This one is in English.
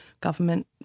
government